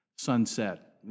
Sunset